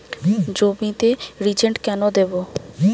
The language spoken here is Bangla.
জমিতে রিজেন্ট কেন দেবো?